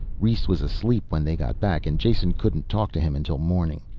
rhes was asleep when they got back and jason couldn't talk to him until morning.